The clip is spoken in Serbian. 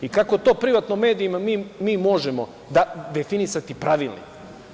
I kako to privatnim medijima mi možemo da definišemo pravilnik?